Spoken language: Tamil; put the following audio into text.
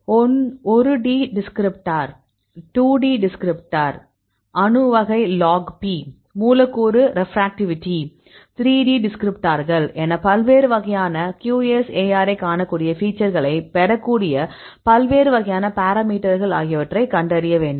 1 D டிஸ்கிரிப்டர் 2 D டிஸ்கிரிப்டர் அணு வகை log P மூலக்கூறு ரெப்ராக்டிவிட்டி 3 D டிஸ்கிரிப்டர்கள் என பல்வேறு வகையான QSAR ஐ காணக்கூடிய ஃபீச்சர்களை பெறக்கூடிய பல்வேறு வகையான பாராமீட்டர்கள் ஆகியவற்றை கண்டறிய வேண்டும்